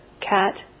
cat